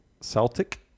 Celtic